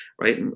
right